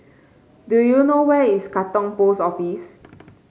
do you know where is Katong Post Office